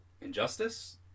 Injustice